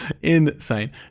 insane